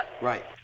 Right